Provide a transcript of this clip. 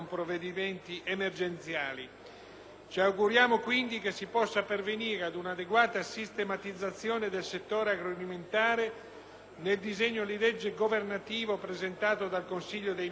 Ci auguriamo, quindi, che si possa pervenire ad una adeguata sistematizzazione del settore agroalimentare nel disegno di legge governativo, presentato dal Consiglio dei ministri il 31 ottobre 2008.